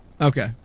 Okay